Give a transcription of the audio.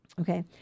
okay